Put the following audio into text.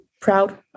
proud